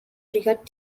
cricket